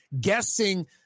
guessing